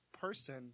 person